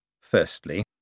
Firstly